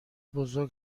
بزرگ